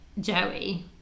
joey